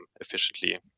efficiently